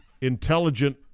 intelligent